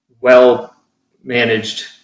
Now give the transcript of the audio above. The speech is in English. well-managed